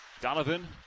Donovan